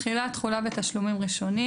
"תחילה, תחולה ותשלומים ראשונים